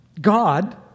God